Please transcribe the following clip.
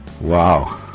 Wow